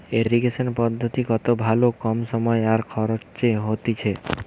irrigation পদ্ধতি কত ভালো কম সময় আর খরচে হতিছে